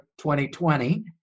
2020